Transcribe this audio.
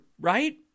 right